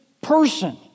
person